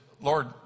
Lord